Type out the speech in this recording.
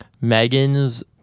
megan's